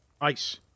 Ice